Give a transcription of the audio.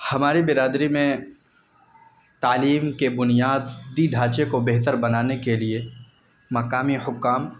ہماری برادری میں تعلیم کے بنیادی ڈھانچے کو بہتر بنانے کے لیے مقامی حکام